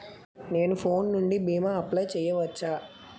నేను ఫోన్ నుండి భీమా అప్లయ్ చేయవచ్చా?